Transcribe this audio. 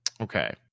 Okay